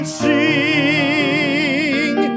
sing